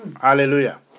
Hallelujah